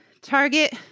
target